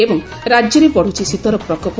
ଏବଂ ରାଜ୍ୟରେ ବଢୁଛି ଶୀତର ପ୍ରକୋପ